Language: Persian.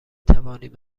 توانیم